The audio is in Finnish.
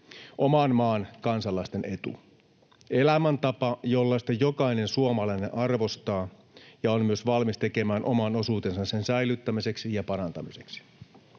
oman maan kansalaisten etu, elämäntapa, jollaista jokainen suomalainen arvostaa ja jonka säilyttämiseksi ja parantamiseksi